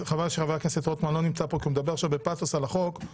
אבל עכשיו אנחנו לא מדברים על החוק עצמו,